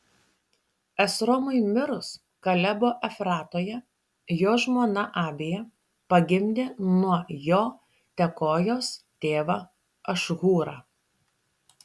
esromui mirus kalebo efratoje jo žmona abija pagimdė nuo jo tekojos tėvą ašhūrą